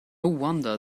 wonder